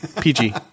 pg